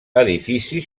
edifici